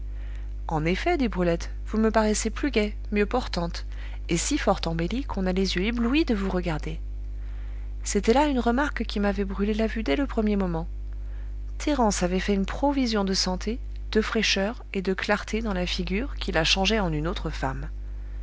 en effet dit brulette vous me paraissez plus gaie mieux portante et si fort embellie qu'on a les yeux éblouis de vous regarder c'était là une remarque qui m'avait brûlé la vue dès le premier moment thérence avait fait une provision de santé de fraîcheur et de clarté dans la figure qui la changeait en une autre femme